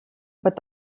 but